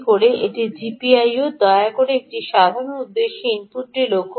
এটি জিপিও দয়া করে এটি একটি সাধারণ উদ্দেশ্য ইনপুটটি লক্ষ্য করুন